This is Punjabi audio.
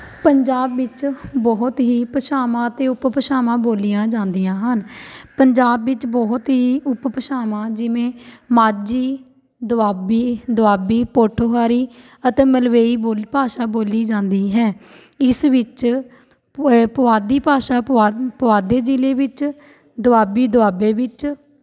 ਪੰਜਾਬ ਵਿੱਚ ਬਹੁਤ ਹੀ ਭਾਸ਼ਾਵਾਂ ਅਤੇ ਉਪਭਾਸ਼ਾਵਾਂ ਬੋਲੀਆਂ ਜਾਂਦੀਆਂ ਹਨ ਪੰਜਾਬ ਵਿੱਚ ਬਹੁਤ ਹੀ ਉਪਭਾਸ਼ਾਵਾਂ ਜਿਵੇਂ ਮਾਝੀ ਦੁਆਬੀ ਦੁਆਬੀ ਪੋਠੋਹਾਰੀ ਅਤੇ ਮਲਵਈ ਬੋਲ ਭਾਸ਼ਾ ਬੋਲੀ ਜਾਂਦੀ ਹੈ ਇਸ ਵਿੱਚ ਪੁਆਧੀ ਭਾਸ਼ਾ ਪੁਆ ਪੁਆਧੇ ਜ਼ਿਲ੍ਹੇ ਵਿੱਚ ਦੁਆਬੀ ਦੁਆਬੇ ਵਿੱਚ